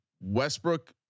Westbrook